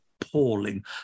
appalling